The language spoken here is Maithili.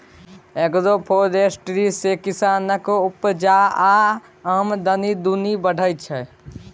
एग्रोफोरेस्ट्री सँ किसानक उपजा आ आमदनी दुनु बढ़य छै